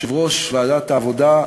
יושב-ראש ועדת העבודה,